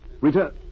Rita